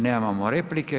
Nemamo replike.